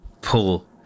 pull